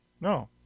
No